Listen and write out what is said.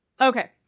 Okay